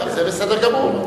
זה בסדר גמור.